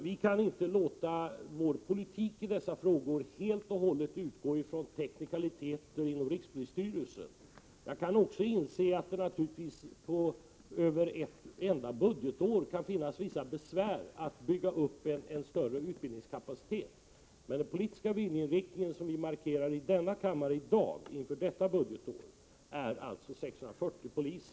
Vi kan inte låta vår politik i dessa frågor helt och hållet utgå ifrån teknikaliteter inom rikspolisstyrelsen. Jag kan naturligtvis inse att det över ett enda budgetår kan finnas vissa besvär i fråga om att bygga upp en större utbildningskapacitet, men den politiska viljeinriktning som vi markerar i denna kammare i dag inför detta budgetår gäller alltså utbildning av 640 poliser.